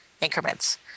increments